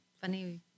funny